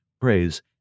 praise